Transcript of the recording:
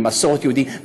עם המסורת היהודית.